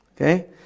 Okay